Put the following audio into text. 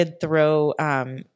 throw